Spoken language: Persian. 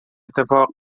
اتفاق